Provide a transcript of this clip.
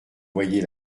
voyez